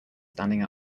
standing